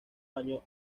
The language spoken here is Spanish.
año